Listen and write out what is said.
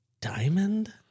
diamond